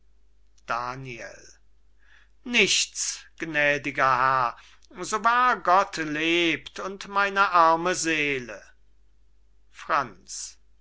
daniel nichts gnädiger herr so wahr gott lebt und meine arme seele franz